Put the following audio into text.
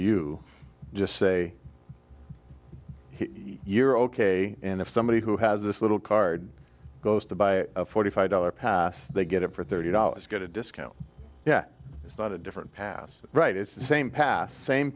you just say you're ok and if somebody who has this little card goes to buy a forty five dollars pass they get it for thirty dollars get a discount yeah it's not a different pass right it's the same pass same